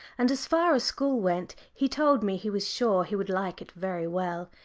and as far as school went, he told me he was sure he would like it very well,